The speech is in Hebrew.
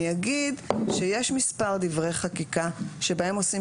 אני אגיד שיש מספר דברי חקיקה שבהם עושים